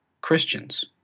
Christians